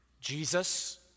Jesus